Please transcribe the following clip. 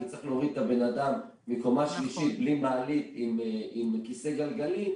כי צריך להוריד את הבן אדם מקומה שלישית בלי מעלית עם כיסא גלגלים,